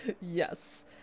yes